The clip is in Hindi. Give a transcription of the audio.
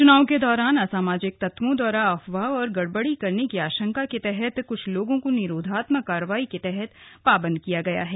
चुनाव के दौरान असामाजिक तत्वों द्वारा अफवाह और गड़बड़ी करने की आशंका के तहत कुछ लोगों को निरोधात्मक कार्रवाई के तहत पाबन्द किया गया है